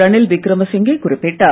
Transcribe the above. ரணில் விக்ரமசிங்கே குறிப்பிட்டார்